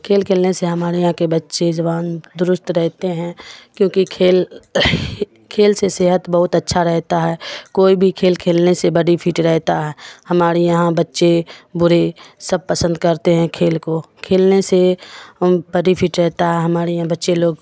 کھیل کھیلنے سے ہمارے یہاں کے بچے جبان درست رہتے ہیں کیونکہ کھیل کھیل سے صحت بہت اچھا رہتا ہے کوئی بھی کھیل کھیلنے سے باڈی فٹ رہتا ہے ہمارے یہاں بچے بوڑھے سب پسند کرتے ہیں کھیل کو کھیلنے سے باڈی فٹ رہتا ہے ہمارے یہاں بچے لوگ